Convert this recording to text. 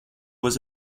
was